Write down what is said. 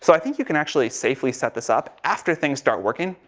so i think you can actually safely set this up after things start working,